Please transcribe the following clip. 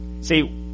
See